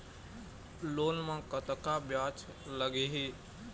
Loan म कतका ब्याज लगही?